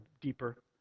deeper